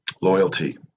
loyalty